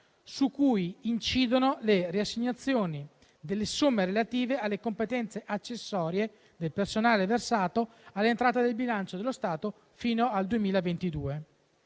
su cui incidono le riassegnazioni delle somme relative alle competenze accessorie del personale versate all'entrata del bilancio dello Stato a fine 2022.